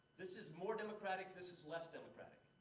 this is more democratic, this is less democratic.